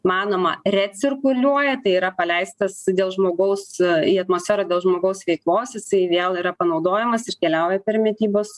manoma recirkuliuoja tai yra paleistas dėl žmogaus į atmosferą dėl žmogaus veiklos jisai vėl yra panaudojamas ir keliauja per mitybos